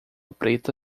preta